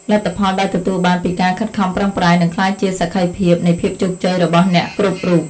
លទ្ធផលដែលទទួលបានពីការខិតខំប្រឹងប្រែងនឹងក្លាយជាសក្ខីភាពនៃភាពជោគជ័យរបស់អ្នកគ្រប់រូប។